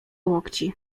łokci